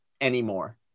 anymore